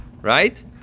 Right